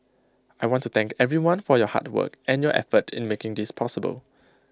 I want to thank everyone for your hard work and your effort in making this possible